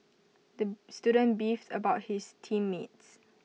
the student beefed about his team mates